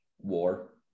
war